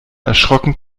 erschrocken